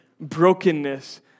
brokenness